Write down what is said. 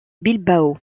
bilbao